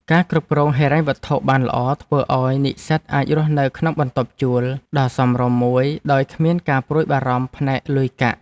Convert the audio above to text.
ការគ្រប់គ្រងហិរញ្ញវត្ថុបានល្អធ្វើឱ្យនិស្សិតអាចរស់នៅក្នុងបន្ទប់ជួលដ៏សមរម្យមួយដោយគ្មានការព្រួយបារម្ភផ្នែកលុយកាក់។